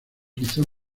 quizá